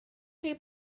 chi